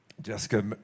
Jessica